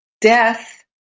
death